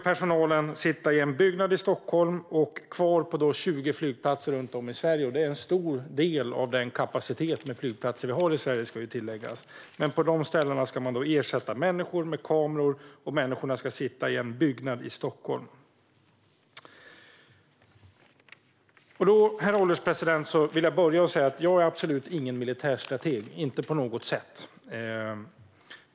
Personalen ska sitta i en byggnad i Stockholm, och på 20 flygplatser runt om i Sverige - det är en stor del av den kapacitet vi har i Sverige när det gäller flygplatser, ska tilläggas - ska man ersätta människor med kameror. Människorna ska sitta i en byggnad i Stockholm. Herr ålderspresident! Jag vill börja med att säga att jag absolut inte är någon militärstrateg - inte på något sätt.